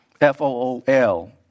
F-O-O-L